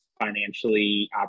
financially